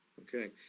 okay,